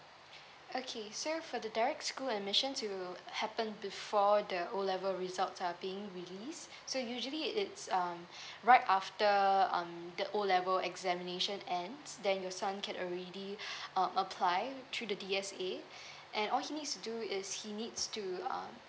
okay so for the direct school admission to happen before the O level results are being release so usually it's um right after um the O level examination ends then your son can already uh apply through the D_S_A and all he needs to do is he needs to uh